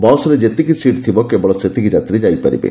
ବସ୍ରେ ଯେତିକି ସିଟ୍ ଥିବ କେବଳ ସେତିକି ଯାତ୍ରୀ ଯାଇପାରିବେ